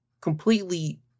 completely